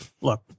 look